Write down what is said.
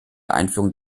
einführung